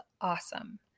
awesome